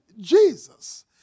Jesus